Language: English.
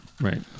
Right